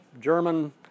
German